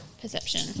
Perception